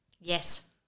yes